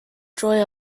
joy